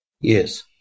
Yes